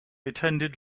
attended